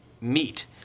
meet